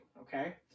okay